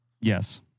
Yes